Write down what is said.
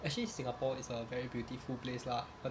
actually singapore is a very beautiful place lah